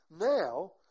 Now